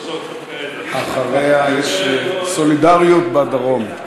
יש סולידריות בדרום.